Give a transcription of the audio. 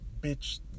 bitch